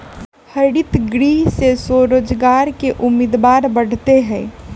हरितगृह से स्वरोजगार के उम्मीद बढ़ते हई